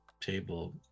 table